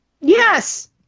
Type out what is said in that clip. Yes